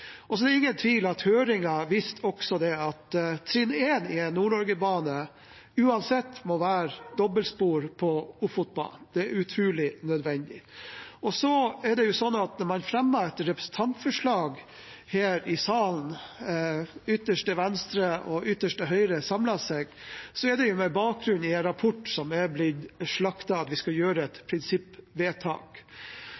Det er heller ingen tvil om at høringen også viste at trinn 1 i en Nord-Norgebane uansett må være dobbeltspor på Ofotbanen. Det er utrolig nødvendig. Så er det sånn at når man fremmer et representantforslag her i salen – ytterste venstre og ytterste høyre har samlet seg – er det med bakgrunn i en rapport som er blitt slaktet – at vi skal gjøre et